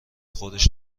خودش